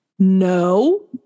no